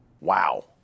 Wow